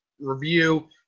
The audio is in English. review